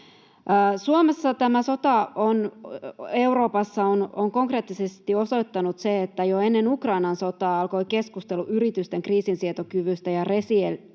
Euroopassa on Suomessa konkreettisesti osoittanut sen, että jo ennen Ukrainan sotaa alkoi keskustelu yritysten kriisinsietokyvystä ja resilienssistä,